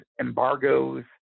embargoes